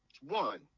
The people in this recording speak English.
one